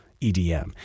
EDM